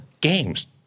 games